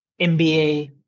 MBA